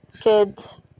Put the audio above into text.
kids